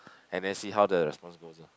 and then see how the response goes ah